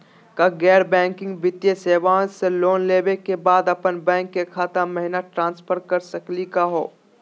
का गैर बैंकिंग वित्तीय सेवाएं स लोन लेवै के बाद अपन बैंको के खाता महिना ट्रांसफर कर सकनी का हो?